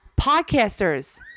podcasters